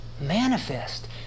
manifest